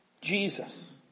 Jesus